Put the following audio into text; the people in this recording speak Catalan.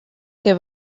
que